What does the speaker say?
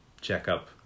checkup